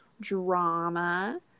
drama